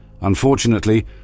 Unfortunately